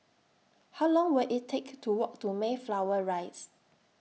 How Long Will IT Take to Walk to Mayflower Rise